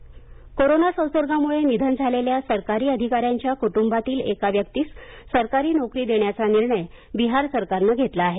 बिहार निर्णय कोरोना संसर्गामुळं निधन झालेल्या सरकारी अधिकाऱ्याच्या कुटुंबातील एका व्यक्तीस सरकारी नोकरी देण्याचा निर्णय बिहार सरकारनं घेतला आहे